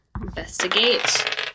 investigate